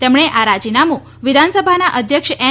તેમણે આ રાજીનામું વિધાનસભાના અધ્યક્ષ એન